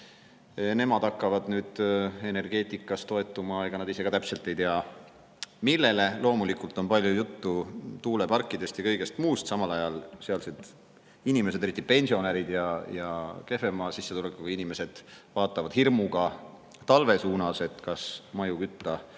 Nemad hakkavad nüüd energeetikas toetuma – ega nad ise ka täpselt ei tea, millele. Loomulikult on palju juttu tuuleparkidest ja kõigest muust. Samal ajal sealsed inimesed, eriti pensionärid ja kehvema sissetulekuga inimesed, vaatavad hirmuga talve suunas, [mõeldes], kas maja kütta